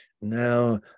now